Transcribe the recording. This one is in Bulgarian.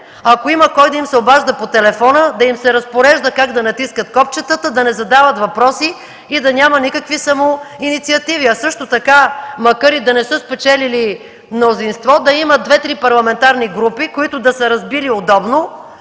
ако има кой да им се обажда по телефона, да им се разпорежда как да натискат копчетата, да не задават въпроси и да няма никакви самоинициативи. Макар и да не са спечелили мнозинство, да имат две-три парламентарни групи, които да са разбили удобно,